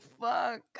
fuck